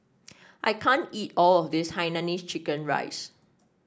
I can't eat all of this Hainanese Chicken Rice